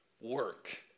work